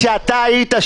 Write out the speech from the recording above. עמית הלוי, בבקשה.